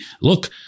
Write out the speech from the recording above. Look